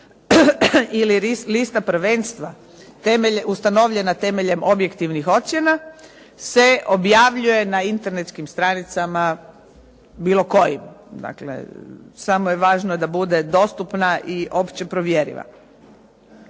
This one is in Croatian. ili lista prvenstva ustanovljena temeljem objektivnih ocjena se objavljuje na internetskim stranicama bilo kojim, dakle samo je važno da bude dostupna i opće provjeriva.